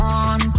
on